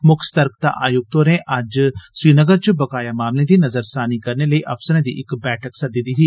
मुक्ख सर्तकता आयुक्त होरें अज्ज श्रीनगर च बकाया मामले दी नज़रसानी करने लेई अफसरें दी इक बैठक सद्दी दी ही